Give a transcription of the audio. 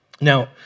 Now